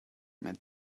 mit